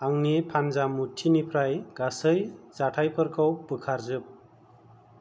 आंनि फानजामुथिनिफ्राय गासै जाथायफोरखौ बोखार जोब